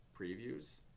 previews